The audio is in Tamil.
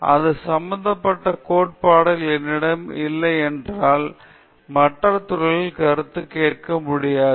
அது சம்பந்தப்பட்ட கோட்பாடுகள் என்னிடம் இல்லை என்றால் மற்ற துறைகளில் கருத்து கேட்க முடியாது